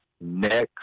next